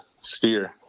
sphere